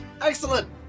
Excellent